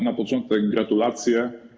Na początek gratulacje.